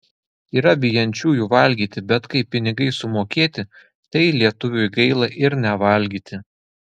yra bijančiųjų valgyti bet kai pinigai sumokėti tai lietuviui gaila ir nevalgyti